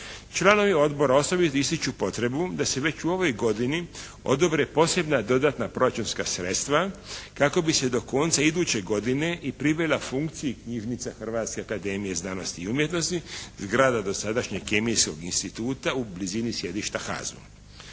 Članovi odbora osobito ističu potrebu da se već u ovoj godini odobre posebna dodatna proračunska sredstva kako bi se do konca iduće godine i privela funkciji knjižnica Hrvatske akademije znanosti i umjetnosti, zgrada dosadašnjeg kemijskog instituta u blizini sjedišta HAZ-u.